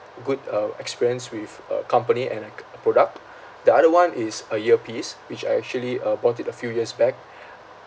good uh experience with a company and like a product the other one is a earpiece which I actually uh bought it a few years back